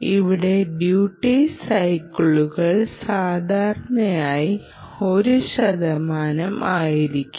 ഇവിടെ ഡ്യൂട്ടി സൈക്കിളുകൾ സാധാരണയായി ഒരു ശതമാനം ആയിരിക്കും